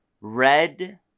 red